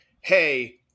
hey